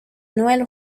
noel